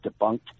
Debunked